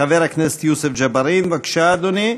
חבר הכנסת יוסף ג'בארין, בבקשה, אדוני.